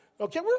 Okay